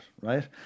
right